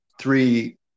three